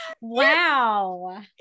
Wow